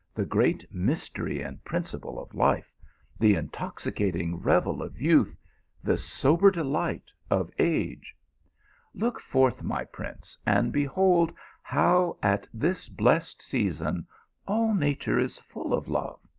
the great mystery and principle of life the in toxicating revel of youth the sober delight of age look forth, my prince, and behold how at this blest season all nature is full of love.